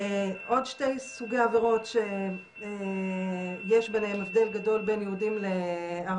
עוד שני סוגי עבירות שיש ביניהן הבדל גדול בין יהודים וערבים,